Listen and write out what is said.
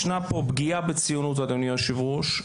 ישנה פה פגיעה בציונות, אדוני היושב ראש.